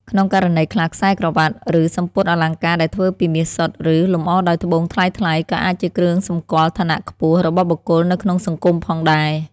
ក្នុងករណីខ្លះ ខ្សែក្រវាត់ ឬសំពត់អលង្ការដែលធ្វើពីមាសសុទ្ធ ឬលម្អដោយត្បូងថ្លៃៗ ក៏អាចជាគ្រឿងសម្គាល់ ឋានៈខ្ពស់ របស់បុគ្គលនៅក្នុងសង្គមផងដែរ។